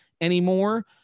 anymore